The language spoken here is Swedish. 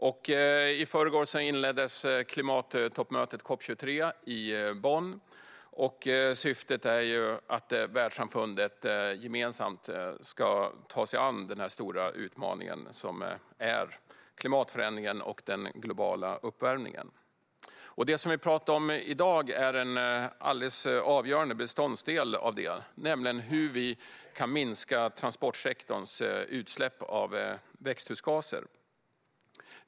I förrgår inleddes klimattoppmötet COP 23 i Bonn. Syftet är att världssamfundet gemensamt ska ta sig an den stora utmaning som klimatförändringen och den globala uppvärmningen är. Det som vi talar om i dag är en alldeles avgörande beståndsdel av det, nämligen hur vi kan minska transportsektorns utsläpp av växthusgaser.